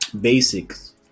basics